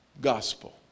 gospel